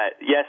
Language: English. yes